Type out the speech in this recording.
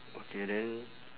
okay then